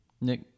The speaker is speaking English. Nick